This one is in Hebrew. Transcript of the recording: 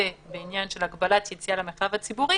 לעניין של הגבלת יציאה למרחב הציבורי,